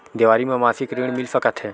देवारी म मासिक ऋण मिल सकत हे?